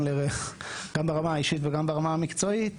גם ברמה האישית וגם ברמה המקצועית,